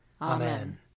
Amen